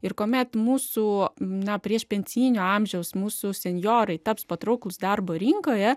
ir kuomet mūsų na priešpensinio amžiaus mūsų senjorai taps patrauklūs darbo rinkoje